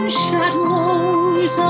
shadows